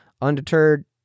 Undeterred